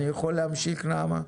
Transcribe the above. אני יכול להמשיך נעמה?